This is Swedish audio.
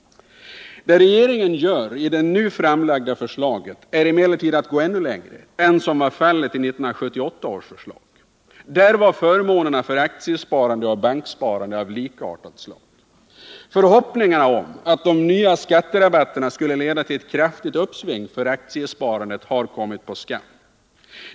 Det regeringen gör i det nu framlagda förslaget är emellertid att gå ännu längre än vad som var fallet i 1978 års förslag. Där var förmånerna för aktiesparande och banksparande av likartat slag. Förhoppningarna om att de nya skatterabatterna skulle leda till ett kraftigt uppsving för aktiesparandet har kommit på skam.